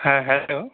হ্যাঁ হ্যালো